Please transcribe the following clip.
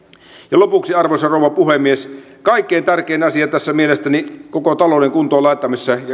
lopuksi arvoisa rouva puhemies kaikkein tärkein asia tässä koko talouden kuntoon laittamisessa ja